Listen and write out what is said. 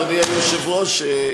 אדוני היושב-ראש,